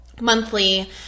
monthly